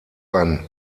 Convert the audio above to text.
ein